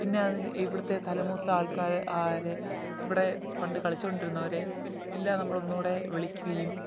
പിന്നെ അതിന് ഇവിടുത്തെ തലമൂത്ത ആൾക്കാർ ആര് ഇവിടെ പണ്ട് കളിച്ചുകൊണ്ടിരുന്നവരെ എല്ലാം നമ്മളൊന്നുകൂടി വിളിക്കുകയും